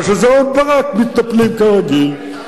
אבל כשזה אהוד ברק מתנפלים, כרגיל.